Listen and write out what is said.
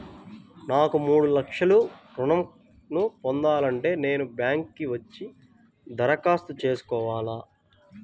నాకు మూడు లక్షలు ఋణం ను పొందాలంటే నేను బ్యాంక్కి వచ్చి దరఖాస్తు చేసుకోవాలా?